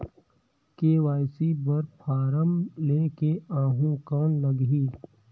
KYC बर form ले के ऊहां कौन लगही?